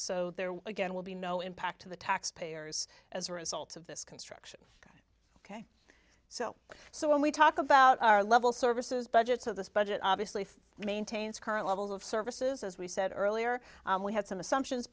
so there again will be no impact to the taxpayers as a result of this construct ok so so when we talk about our level services budget so this budget obviously maintains current levels of services as we said earlier we had some assumptions